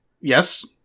Yes